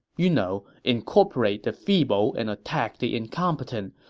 you know, incorporate the feeble and attack the incompetent,